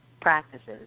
Practices